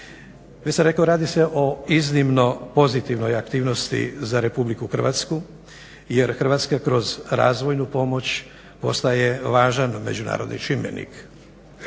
rekao radi se o iznimno pozitivnoj aktivnosti za RH jer Hrvatska kroz razvojnu pomoć postaje važan međunarodni čimbenik.